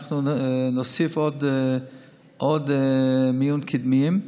אנחנו נוסיף עוד מיונים קדמיים,